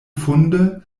funde